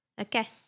Okay